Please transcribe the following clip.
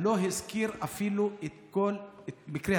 ולא הזכיר אפילו את כל מקרי הרצח.